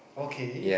okay